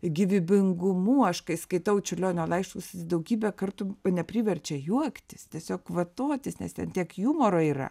gyvybingumu aš kai skaitau čiurlionio laiškus daugybę kartų mane priverčia juoktis tiesiog kvatotis nes ten tiek jumoro yra